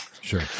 Sure